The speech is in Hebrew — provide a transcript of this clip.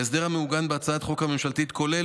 ההסדר המעוגן בהצעת החוק הממשלתית כולל